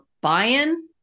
buy-in